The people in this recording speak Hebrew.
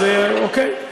אז אוקיי.